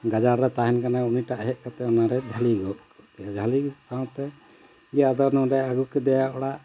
ᱜᱟᱡᱟᱲ ᱨᱮ ᱛᱟᱦᱮᱱ ᱠᱟᱱᱟᱭ ᱩᱱᱤᱴᱟᱜ ᱦᱮᱡ ᱠᱟᱛᱮᱫ ᱚᱱᱟᱨᱮ ᱡᱷᱟᱹᱞᱤ ᱜᱚᱫ ᱠᱚᱜ ᱠᱮᱭᱟ ᱡᱷᱟᱹᱞᱤ ᱥᱟᱶᱛᱮ ᱜᱮ ᱟᱫᱚ ᱱᱚᱰᱮ ᱟᱹᱜᱩ ᱠᱮᱫᱮᱭᱟ ᱚᱲᱟᱜ